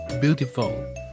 beautiful